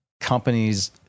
companies